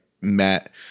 met